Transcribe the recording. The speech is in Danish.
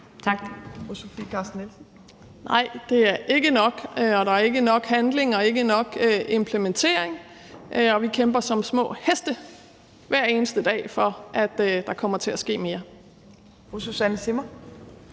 Nej, det er ikke nok; der er ikke nok handling og ikke nok implementering, og vi kæmper som små heste hver eneste dag for, at der kommer til at ske mere.